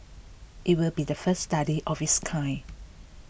it will be the first study of its kind